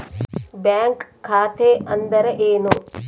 Bank ಖಾತೆ ಅಂದರೆ ಏನು?